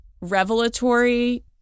revelatory